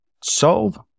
solve